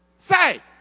Say